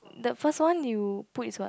the first one you put is what